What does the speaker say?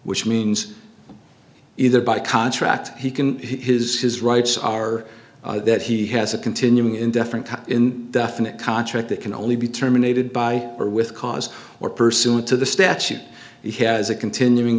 which means either by contract he can his his rights are that he has a continuing indifferent definite contract that can only be terminated by or with cause or pursuant to the statute he has a continuing